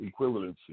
equivalency